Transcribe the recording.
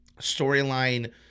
storyline